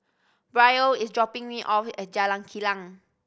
Brielle is dropping me off at Jalan Kilang